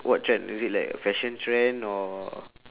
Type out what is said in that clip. what trend is it like a fashion trend or